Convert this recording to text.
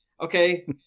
Okay